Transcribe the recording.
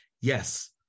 Yes